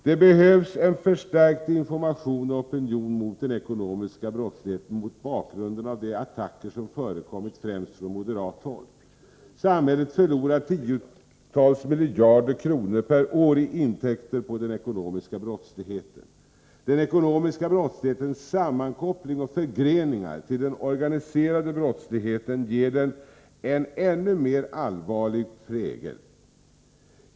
Det behövs en förstärkt information och opinion mot den ekonomiska brottsligheten mot bakgrund av de attacker som förekommit främst från moderat håll. Samhället förlorar tiotals miljarder kronor per år i intäkter på den ekonomiska brottsligheten. Den ekonomiska brottslighetens sammankoppling och förgreningar till den organiserade brottsligheten ger den en ännu mer allvarlig prägel.